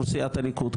סיעת הליכוד.